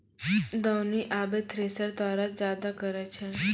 दौनी आबे थ्रेसर द्वारा जादा करै छै